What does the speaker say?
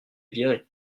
viré